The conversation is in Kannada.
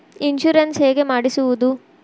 ಇನ್ಶೂರೆನ್ಸ್ ಹೇಗೆ ಮಾಡಿಸುವುದು?